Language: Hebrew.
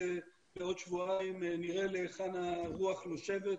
בעוד שבועיים נראה להיכן הרוח נושבת,